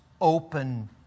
open